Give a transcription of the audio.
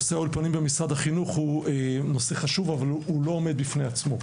נושא האולפנים במשרד החינוך חשוב אך לא עומד בפני עצמו.